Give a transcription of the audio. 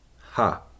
Ha